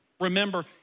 remember